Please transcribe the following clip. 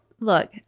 Look